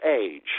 age